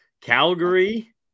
Calgary